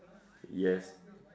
yes